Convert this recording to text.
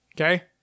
okay